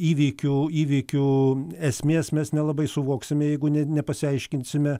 įvykių įvykių esmės mes nelabai suvoksime jeigu ne nepasiaiškinsime